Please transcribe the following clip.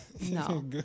No